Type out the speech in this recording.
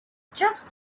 just